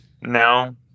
No